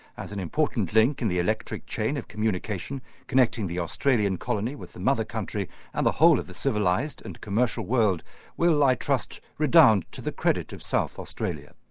as an important link in the electric chain of communication connecting the australian colony with the mother country and the whole of the civilised and commercial world will, i trust, redound to the credit of south australia.